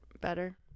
better